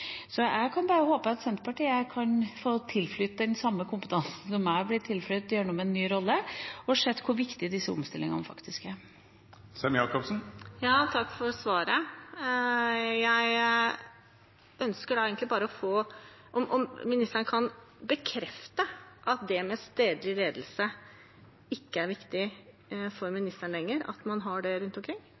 så de kan ta vare på det digitale. Jeg kan bare håpe at det vil tilflyte Senterpartiet den samme kompetansen som jeg har blitt til del gjennom en ny rolle, der jeg har sett hvor viktige disse omstillingene faktisk er. Takk for svaret. Jeg ønsker å høre om ministeren kan bekrefte at det med stedlig ledelse ikke er viktig for henne lenger, det at man har det rundt omkring?